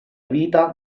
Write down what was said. vita